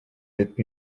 lettres